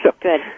Good